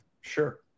sure